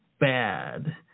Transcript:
bad